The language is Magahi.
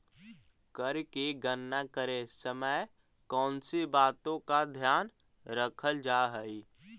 कर की गणना करे समय कौनसी बातों का ध्यान रखल जा हाई